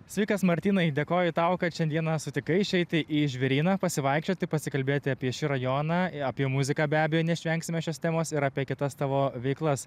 sveikas martynai dėkoju tau kad šiandieną sutikai išeiti į žvėryną pasivaikščioti pasikalbėti apie šį rajoną apie muziką be abejo neišvengsime šios temos ir apie kitas tavo veiklas